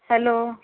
hello